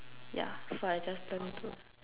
yeah so I just turn to